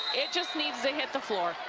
it just needs to hit the floor.